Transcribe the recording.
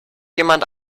jemand